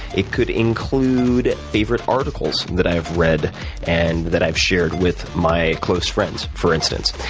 it could include favorite articles that i've read and that i've shared with my close friends for instance.